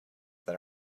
that